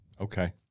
okay